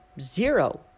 zero